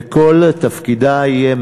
וכל תפקידה יהיה,